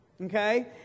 Okay